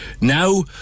Now